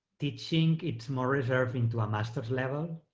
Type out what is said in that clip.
teaching, it's more reserved into a master's level,